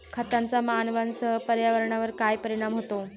खतांचा मानवांसह पर्यावरणावर काय परिणाम होतो?